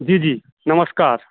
जी जी नमस्कार